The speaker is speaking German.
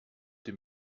dem